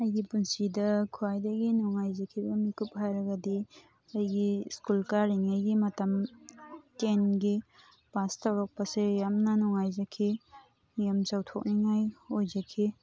ꯑꯩꯒꯤ ꯄꯨꯟꯁꯤꯗ ꯈ꯭ꯋꯥꯏꯗꯒꯤ ꯅꯨꯡꯉꯥꯏꯖꯈꯤꯕ ꯃꯤꯀꯨꯞ ꯍꯥꯏꯔꯒꯗꯤ ꯑꯩꯒꯤ ꯁ꯭ꯀꯨꯜ ꯀꯥꯔꯤꯉꯩꯒꯤ ꯃꯇꯝ ꯇꯦꯟꯒꯤ ꯄꯥꯁ ꯇꯧꯔꯛꯄꯁꯦ ꯌꯥꯝꯅ ꯅꯨꯡꯉꯥꯏꯖꯈꯤ ꯌꯥꯝ ꯆꯥꯎꯊꯣꯛꯅꯤꯡꯉꯥꯏ ꯑꯣꯏꯖꯈꯤ